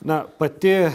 na pati